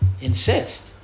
insist